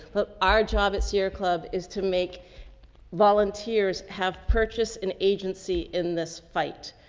but our job at sierra club is to make volunteers have purchased in agency in this fight,